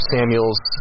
Samuels